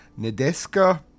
Nedeska